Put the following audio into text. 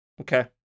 Okay